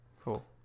Cool